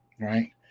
Right